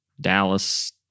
Dallas